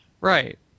Right